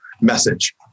message